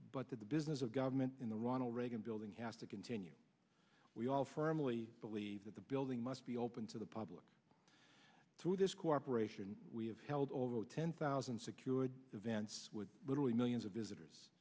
but the business of government in the ronald reagan building has to continue we all firmly believe that the building must be open to the public through this cooperation we have held over ten thousand secured events would literally millions of visitors